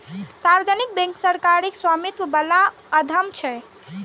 सार्वजनिक बैंक सरकारी स्वामित्व बला उद्यम छियै